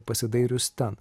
pasidairius ten